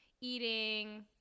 eating